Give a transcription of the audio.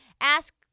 Ask